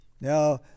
Now